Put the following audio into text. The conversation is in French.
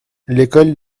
l’école